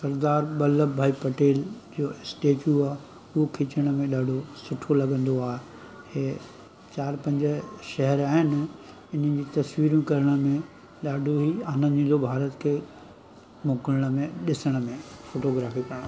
सरदार वल्लभ भाई पटेल जो स्टेच्यू आहे उहो खीचण में ॾाढो सुठो लॻंदो आहे इहे चारि पंज शहर आहिनि हिननि जूं तसवीरूं कढण में ॾाढो ई आनंद ईंदो भारत खे मोकिलण में ॾिसण में फोटोग्राफी करणु